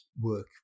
work